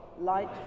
light